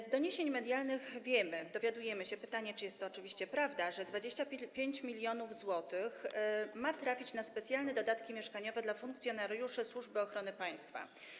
Z doniesień medialnych dowiadujemy się - pytanie, czy jest to oczywiście prawda - że 25 mln zł ma trafić na specjalne dodatki mieszkaniowe dla funkcjonariuszy Służby Ochrony Państwa.